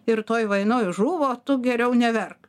ir toj vainoj žuvo tu geriau neverk